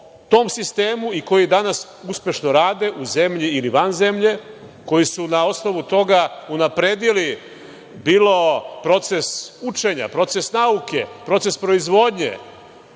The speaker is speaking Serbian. tom sistemu i koji danas uspešno rade u zemlji i van zemlje, koji su na osnovu toga unapredili bilo proces učenja, proces nauke, proces proizvodnje,